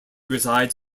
resides